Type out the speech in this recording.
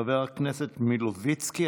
חבר הכנסת מלוביצקי.